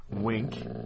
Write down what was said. wink